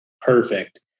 Perfect